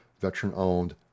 Veteran-Owned